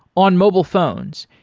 on mobile phones,